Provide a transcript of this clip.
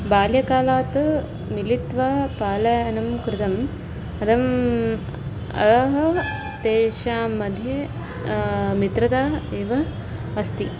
बाल्यकालात् मिलित्वा पालायानं कृतं रम् अहो तेषां मध्ये मित्रता एव अस्ति